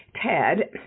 Ted